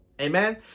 Amen